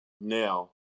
now